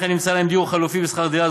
לכן נמצא להם דיור חלופי ושכר דירה,